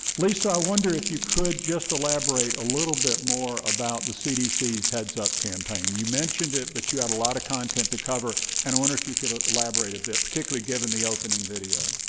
lisa, i wonder if you could just elaborate a little bit more about the cdc's heads up campaign. you mentioned it, but you had a lot of content to cover and i wonder if you could ah elaborate a bit, particularly given the opening video.